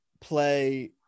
play